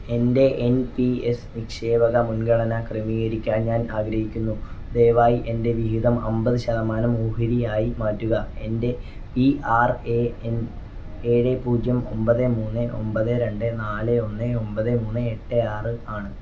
എൻ്റെ N P S നിക്ഷേപ മുൻഗണന ക്രമീകരിക്കാൻ ഞാൻ ആഗ്രഹിക്കുന്നു ദയവായി എൻ്റെ വിഹിതം അമ്പത് ശതമാനം ഓഹരി ആയി മാറ്റുക എൻ്റെ പി ആർ എ എൻ ഏഴ് പൂജ്യം ഒമ്പത് മൂന്ന് ഒമ്പത് രണ്ട് നാല് ഒന്ന് ഒമ്പത് മൂന്ന് എട്ട് ആറ് ആണ്